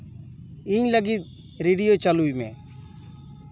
ᱤᱧ ᱞᱟᱹᱜᱤᱫ ᱨᱮᱰᱤᱭᱳ ᱪᱟᱹᱞᱩᱭ ᱢᱮ